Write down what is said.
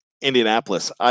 Indianapolis